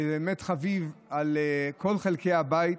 והוא באמת חביב על כל חלקי הבית